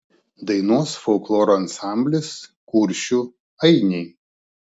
dainuos folkloro ansamblis kuršių ainiai